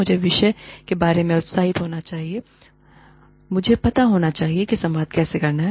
मुझे विषय के बारे में उत्साहित होना है होगा मुझे पता होना चाहिए कि संवाद कैसे करना है